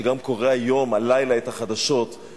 הכוונה היא הענקת תעודות הוקרה למי שנקראים חושפי שחיתויות.